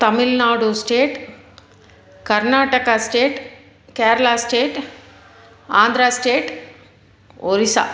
Tamil Nadu state Karnataka state Kerala state Andhra state Orissa